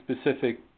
specific